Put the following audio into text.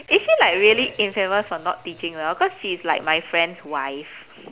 is she like really infamous for not teaching well cause she's like my friend's wife